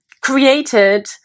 created